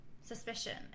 suspicion